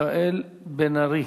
יעלה חבר הכנסת מיכאל בן-ארי.